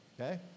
okay